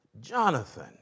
Jonathan